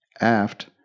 Aft